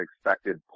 expected